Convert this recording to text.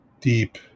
deep